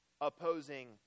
opposing